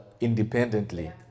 independently